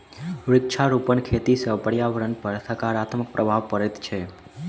वृक्षारोपण खेती सॅ पर्यावरणपर सकारात्मक प्रभाव पड़ैत छै